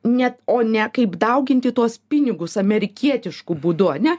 net o ne kaip dauginti tuos pinigus amerikietišku būdu ane